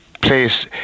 place